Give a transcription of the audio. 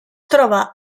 troba